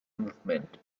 movement